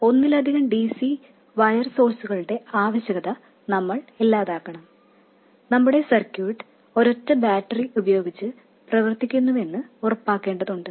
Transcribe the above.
ഒന്നാമതായി ഒന്നിലധികം dc wire സോഴ്സ്കളുടെ ആവശ്യകത നമ്മൾ ഇല്ലാതാക്കണം നമ്മുടെ സർക്യൂട്ട് ഒരൊറ്റ ബാറ്ററി ഉപയോഗിച്ച് പ്രവർത്തിക്കുന്നുവെന്ന് ഉറപ്പാക്കേണ്ടതുണ്ട്